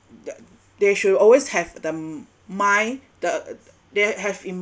they should always have the mind the they have